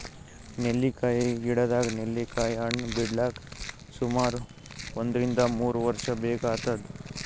ನೆಲ್ಲಿಕಾಯಿ ಗಿಡದಾಗ್ ನೆಲ್ಲಿಕಾಯಿ ಹಣ್ಣ್ ಬಿಡ್ಲಕ್ ಸುಮಾರ್ ಒಂದ್ರಿನ್ದ ಮೂರ್ ವರ್ಷ್ ಬೇಕಾತದ್